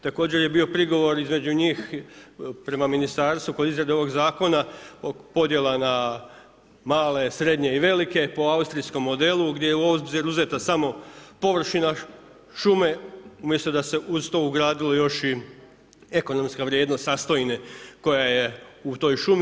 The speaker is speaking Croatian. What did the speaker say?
Također je bio prigovor između njih prema ministarstvu kod izrade ovog zakona oko podjela na male, srednje i velike po austrijskom modelu gdje je u obzir uzeta samo površina šume, umjesto da su se uz to ugradile još i ekonomske vrijednost sastojine koja je u toj šumi.